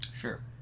Sure